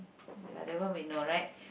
ya that one we know right